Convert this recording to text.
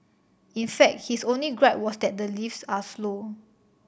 in fact his only gripe was that the lifts are slow